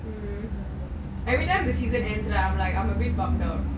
every time the season ends right I'm a bit bumb up